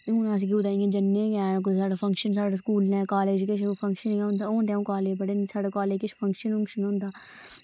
हून ते अस जन्ने गै हैन कोई साढ़े कोई फंक्शन जां कुड़ियें दे कालेज किश फंक्शन होंदा अ'ऊं कालेज पढ़ानी ते साढ़े कालेज किश फंक्शन होंदा